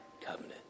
covenant